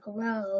grow